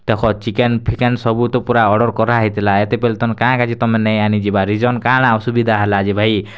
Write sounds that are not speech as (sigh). ଦେଖ ଚିକେନ୍ ଫିକେନ୍ ସବୁ ତ ପୁରା ଅର୍ଡ଼ର୍ କରା ହେଇଥିଲା ଏତେ ପର୍ଯ୍ୟନ୍ତ ତୁମେ (unintelligible) ତୁମେ ନେଇ ଆନି ଯିବାର ରିଜନ୍ କାଣା ଅସୁବିଧା ହେଲା ଯେ ଭାଇ